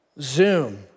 Zoom